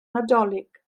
nadolig